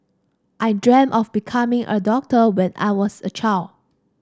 I dreamt of becoming a doctor when I was a child